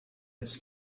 its